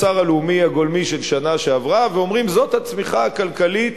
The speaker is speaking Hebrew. של השנה שעברה, ואומרים: זאת הצמיחה הכלכלית